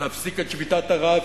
להפסיק את שביתת הרעב,